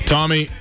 Tommy